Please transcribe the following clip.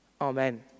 Amen